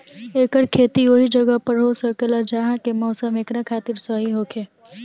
एकर खेती ओहि जगह पर हो सकेला जहा के मौसम एकरा खातिर सही होखे